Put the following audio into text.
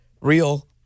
real